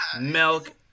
milk